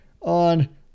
on